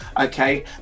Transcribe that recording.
Okay